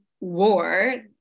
war